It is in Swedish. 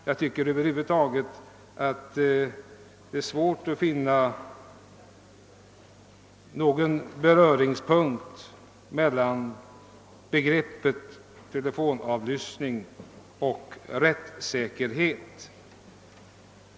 Jag tycker över huvud taget att det är svårt att finna samhörighet mellan begreppen telefonavlyssning och rättssäkerhet.